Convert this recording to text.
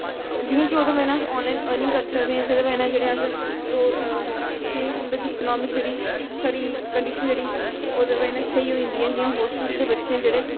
जियां कि ओह्दी बजह् कन्नै अस आनलाइन अर्निंग करी सकदे हा जेहदी बजह कन्नै अस रोज जियां कि इक मतलब कि इकनामिक जेह्ड़ी साढ़ी कंडीशन जेह्ड़ी ओह्दी बजह कन्नै स्हेई होई जंदी ऐ जियां होस्टल दे बच्चे न जेह्ड़े